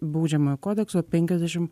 baudžiamojo kodekso penkiasdešimt